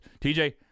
tj